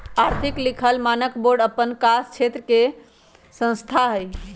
आर्थिक लिखल मानक बोर्ड अप्पन कास क्षेत्र के संस्था हइ